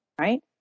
Right